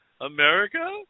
America